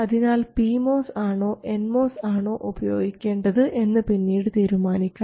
അതിനാൽ P MOS ആണോ N MOS ആണോ ഉപയോഗിക്കേണ്ടത് എന്ന് പിന്നീട് തീരുമാനിക്കാം